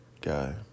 guy